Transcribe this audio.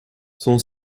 son